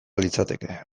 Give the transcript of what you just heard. litzateke